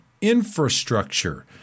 infrastructure